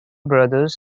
brothers